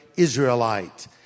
Israelite